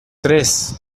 tres